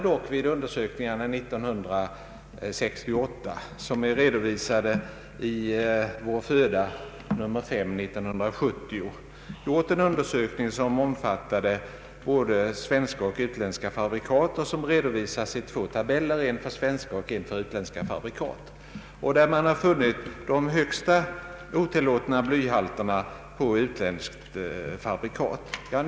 1968 gjordes dock en undersökning, omfattande både svenska och utländska fabrikat, vilken redovisas i två tabeller i Vår föda nr 5/1970, en för svenska och en för utländska fabrikat. Enligt den undersökningen fann man de högsta blyhalterna hos utländska fabrikat.